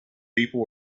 people